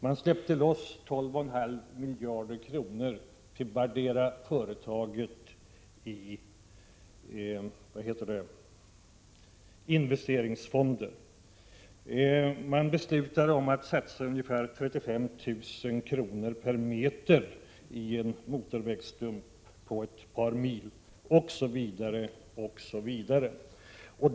Man släppte loss 12,5 miljarder kronor för vartdera företaget i investeringsfonder. Man beslutade om att satsa ungefär 35 000 kr. per meter i en motorvägsstump på ett par mil, osv.